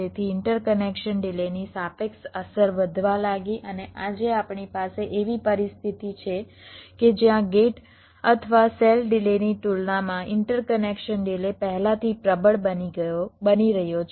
તેથી ઇન્ટરકનેક્શન ડિલેની સાપેક્ષ અસર વધવા લાગી અને આજે આપણી પાસે એવી પરિસ્થિતિ છે કે જ્યાં ગેટ અથવા સેલ ડિલેની તુલનામાં ઇન્ટરકનેક્શન ડિલે પહેલાથી પ્રબળ બની રહ્યો છે